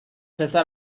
پسر